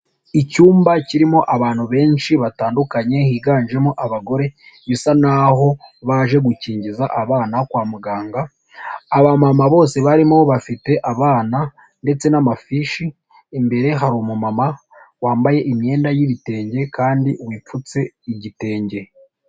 Icyumba kirimo abantu benshi batandukanye higanjemo abagore bisa naho baje gukingiza abana kwa muganga, abamama bose barimo bafite abana ndetse n'amafishi, imbere hari umumama wambaye imyenda y'ibitenge kandi wipfutse igitenge.